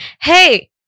Hey